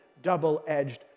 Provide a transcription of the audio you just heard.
double-edged